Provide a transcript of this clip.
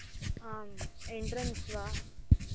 आम् एन्ट्रन्स् वा